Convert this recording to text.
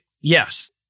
Yes